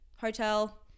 hotel